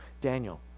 Daniel